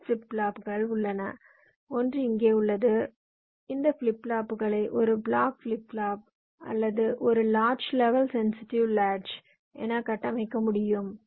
2 flip ஃப்ளாப்புகள் உள்ளன ஒன்று இங்கே உள்ளது இந்த ஃபிளிப் ஃப்ளாப்புகளை ஒரு பிளாக் ஃபிளிப் ஃப்ளாப் அல்லது ஒரு லாட்ச் லெவல் சென்சிடிவ் லாட்ச் என கட்டமைக்க முடியும்